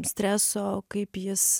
streso kaip jis